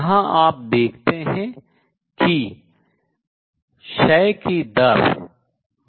जहां आप देखते हैं कि क्षय की दर λN है